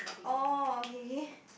orh k